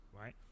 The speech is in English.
right